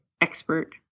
expert